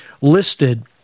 listed